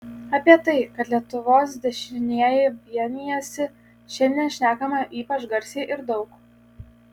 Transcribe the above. apie tai kad lietuvos dešinieji vienijasi šiandien šnekama ypač garsiai ir daug